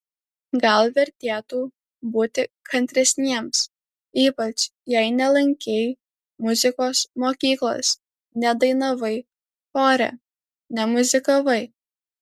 gal vertėtų būti kantresniems ypač jei nelankei muzikos mokyklos nedainavai chore nemuzikavai